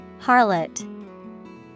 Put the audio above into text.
Harlot